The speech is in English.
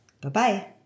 Bye-bye